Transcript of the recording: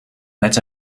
met